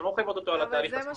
הן לא מחייבות אותו על התהליך עצמו.